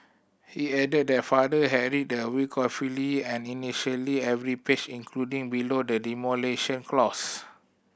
he added that father had read the will carefully and initially every page including below the demolition clause